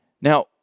Now